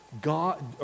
God